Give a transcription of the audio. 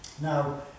Now